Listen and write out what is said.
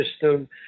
system